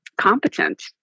competent